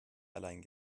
allein